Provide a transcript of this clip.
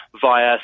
via